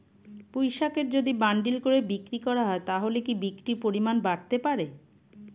পুঁইশাকের যদি বান্ডিল করে বিক্রি করা হয় তাহলে কি বিক্রির পরিমাণ বাড়তে পারে?